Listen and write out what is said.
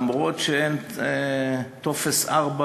למרות שאין טופס 4,